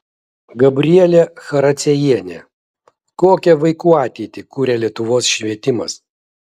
gabrielė characiejienė kokią vaikų ateitį kuria lietuvos švietimas